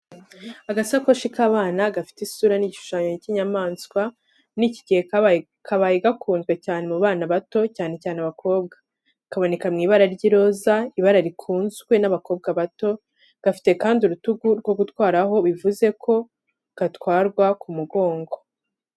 Agasakoshi k’abana gafite isura n’igishushanyo cy’inyamaswa muri iki gihe kabaye gakunzwe cyane mu bana bato cyane cyane abakobwa. Kaboneka mu ibara ry'iroza, ibara rikunzwe n’abakobwa bato, gafite kandi urutugu rwo gutwaraho bivuze ko gatwarwa ku mugongo.